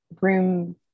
room